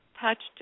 touched